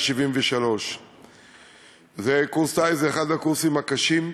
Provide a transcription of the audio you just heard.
173. קורס טיס הוא אחד הקורסים הקשים,